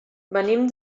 venim